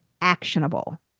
actionable